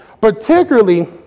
particularly